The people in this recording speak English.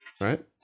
Right